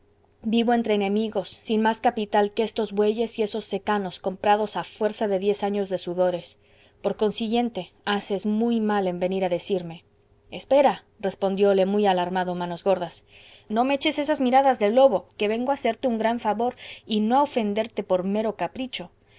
vivo entre enemigos sin más capital que estos bueyes y que esos secanos comprados a fuerza de diez años de sudores por consiguiente haces muy mal en venir a decirme espera respondióle muy alarmado manos gordas no me eches esas miradas de lobo que vengo a hacerte un gran favor y no a ofenderte por mero capricho